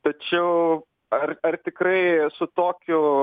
tačiau ar ar tikrai su tokiu